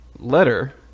letter